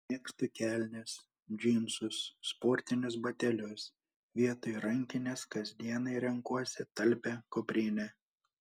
mėgstu kelnes džinsus sportinius batelius vietoj rankinės kasdienai renkuosi talpią kuprinę